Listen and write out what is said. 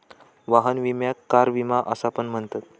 वाहन विम्याक कार विमा असा पण म्हणतत